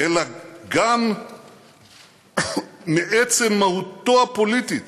אלא גם מעצם מהותו הפוליטית